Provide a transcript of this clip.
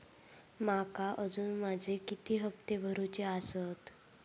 माका अजून माझे किती हप्ते भरूचे आसत?